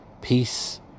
peace